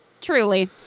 Truly